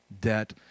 debt